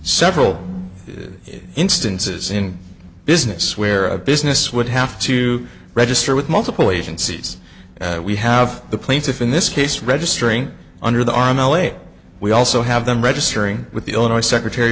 several instances in business where a business would have to register with multiple agencies we have the plaintiff in this case registering under the are in l a we also have them registering with the illinois secretary